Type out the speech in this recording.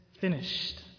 finished